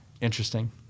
Interesting